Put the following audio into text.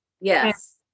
Yes